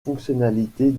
fonctionnalités